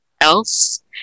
else